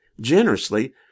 generously